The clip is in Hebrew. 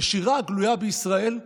הנשירה הגלויה בישראל,